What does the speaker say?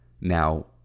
Now